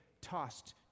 tossed